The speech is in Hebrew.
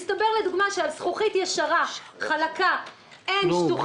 מסתבר לדוגמה שעל זכוכית ישרה חלקה שטוחה